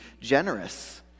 generous